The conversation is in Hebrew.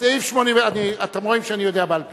בסעיף 89. אתם רואים שאני יודע בעל פה.